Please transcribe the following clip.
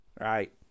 Right